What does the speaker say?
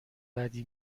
بدی